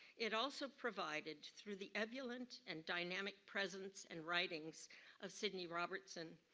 it also provided through the ebullient and dynamic presence and writings of sydney robertson,